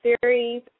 series